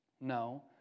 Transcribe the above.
No